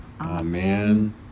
Amen